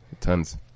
Tons